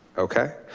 okay,